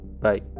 bye